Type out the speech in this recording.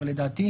אבל בוא